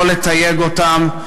לא לתייג אותם,